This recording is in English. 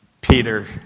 Peter